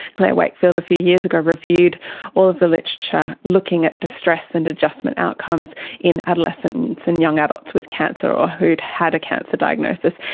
claire wakefield, a few years ago reviewed all of the literature, looking at distress and adjustment outcomes in adolescents and young adults with cancer or who had had a cancer diagnosis.